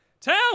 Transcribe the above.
Tell